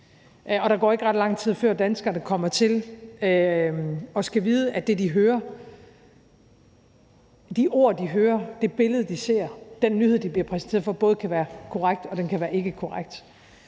Og der går ikke ret lang tid, før danskerne kommer til at skulle vide, at de ord, de hører, det billede, de ser, eller den nyhed, de bliver præsenteret for, både kan være korrekt og ikke korrekt.